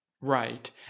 Right